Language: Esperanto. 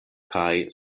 kaj